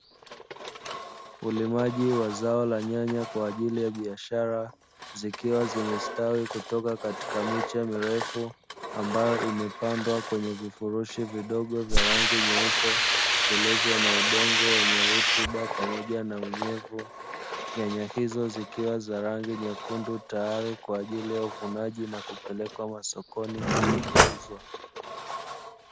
Ulimaji wa zao la nyanya kwa ajili ya biashara zikiwa zimestawi kutoka katika miche mirefu ambayo imepandwa kwenye vifurushi vidogo vya rangi nyeupe vilivyo na udongo wenye rutuba pamoja na unyevu nyanya hizo zikiwa za rangi nyekundu tayari kwa ajili ya uvunaji na kupelekwa masokoni ili kuuzwa.